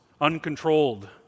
uncontrolled